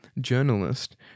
journalist